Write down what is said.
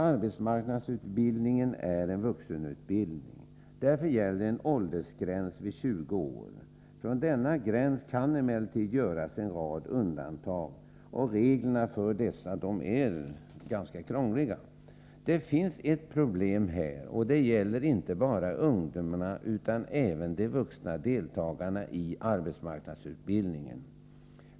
Arbetsmarknadsutbildningen är en vuxenutbildning. Därför gäller en åldersgräns vid 20 år. Från denna gräns kan emellertid göras en rad undantag. Reglerna för dessa är ganska krångliga. Det finns här ett problem, och det gäller inte bara ungdomarna utan även de vuxna deltagarna i arbetsmarknadsutbildningen.